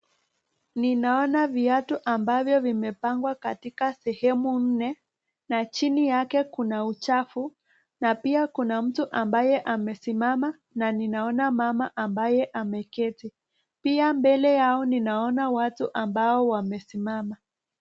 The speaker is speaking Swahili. Ninaona viatu ambavyo vimepangwa katika sehemu nne na chini yake kuna uchafu na pia kuna mtu ambaye amesimama na ninaona mama ambaye ameketi. Pia mbele yao ninaona watu ambao wamesimama.